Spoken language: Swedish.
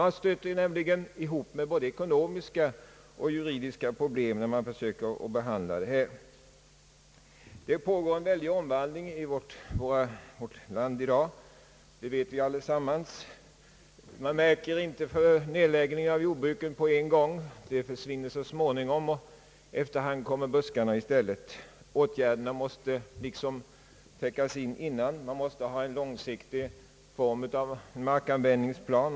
Man stöter nämligen på både ekonomiska och juridiska problem härvidlag. Det pågår en väldig omvandling i vårt land: det vet vi allesammans. Man märker inte nedläggningen av jordbruken på en gång. De försvinner så småningom, och efterhand kommer buskarna i stället. Åtgärderna måste liksom täckas in i förväg. Man måste ha en långsiktig markanvändningsplan.